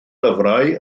lyfrau